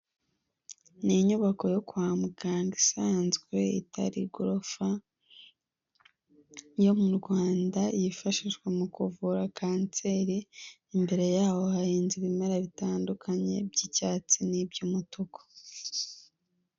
Ni inyubako yo kwa muganga isanzwe itari igorofa yo mu Rwanda yifashishwa mu kuvura kanseri imbere yaho hahinze ibimera bitandukanye by'icyatsi n'iby'umutuku.